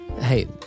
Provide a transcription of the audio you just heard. Hey